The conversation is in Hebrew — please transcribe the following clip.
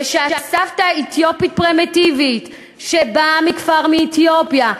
זה שהסבתא האתיופית פרימיטיבית שבאה מכפר באתיופיה,